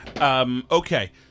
Okay